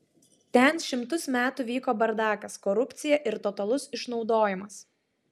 ten šimtus metų vyko bardakas korupcija ir totalus išnaudojimas